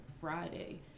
friday